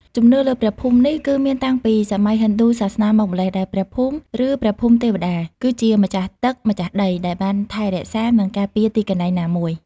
ជំនឿលើព្រះភូមិនេះគឺមានតាំងពីសម័យហិណ្ឌូសាសនាមកម្ល៉េះ ដែលព្រះភូមិ ឬ ព្រះភូមិទេវតា គឺជាម្ចាស់ទឹកម្ចាស់ដីដែលបានថែរក្សា និងការពារទីកន្លែងណាមួយ។